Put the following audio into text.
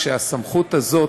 שהסמכות הזאת,